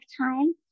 time